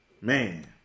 Man